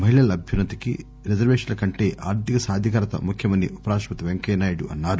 మహిళల అభ్యున్న తికి రిజర్వేషన్ల కంటే ఆర్థిక సాధికారత ముఖ్యమని ఉపరాష్టపతి వెంకయ్యనాయుడు అన్నారు